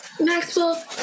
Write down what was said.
Maxwell